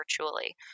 virtually